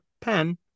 pen